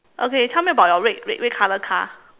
okay tell me about your red red color car